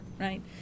right